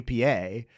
APA